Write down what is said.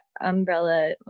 umbrella